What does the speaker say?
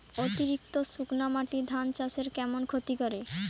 অতিরিক্ত শুকনা মাটি ধান চাষের কেমন ক্ষতি করে?